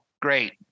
great